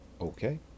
okay